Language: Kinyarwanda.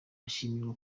ashimishwa